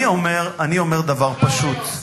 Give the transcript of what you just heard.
אני אומר דבר פשוט.